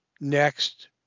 next